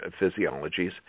physiologies